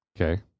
Okay